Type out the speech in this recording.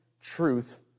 truth